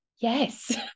Yes